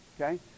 Okay